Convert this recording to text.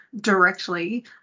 directly